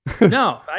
No